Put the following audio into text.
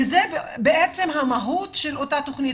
זו המהות של אותה תוכנית.